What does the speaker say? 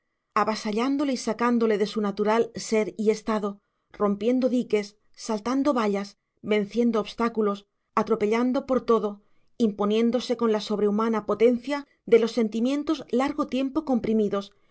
avasallándole y sacándole de su natural ser y estado rompiendo diques saltando vallas venciendo obstáculos atropellando por todo imponiéndose con la sobrehumana potencia de los sentimientos largo tiempo comprimidos